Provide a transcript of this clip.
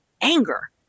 anger